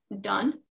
done